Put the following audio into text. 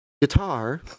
guitar